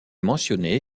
mentionné